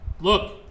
look